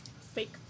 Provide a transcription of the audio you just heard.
Fake